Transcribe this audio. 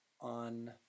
on